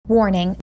Warning